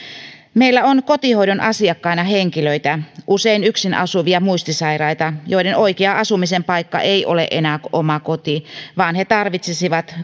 meillä on kotihoidon asiakkaina henkilöitä usein yksin asuvia muistisairaita joiden oikea asumisen paikka ei ole enää oma koti vaan he tarvitsisivat